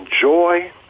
joy